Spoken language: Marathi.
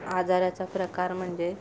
आजाराचा प्रकार म्हणजे